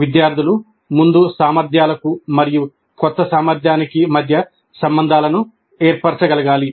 విద్యార్థులు ముందు సామర్థ్యాలకు మరియు కొత్త సామర్థ్యానికి మధ్య సంబంధాలను ఏర్పరచగలగాలి